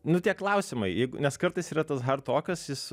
nu tie klausimai jeigu nes kartais yra tas hard tokas jis